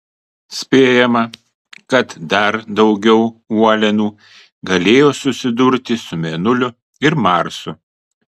spėjama kad dar daugiau uolienų galėjo susidurti su mėnuliu ir marsu